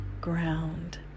ground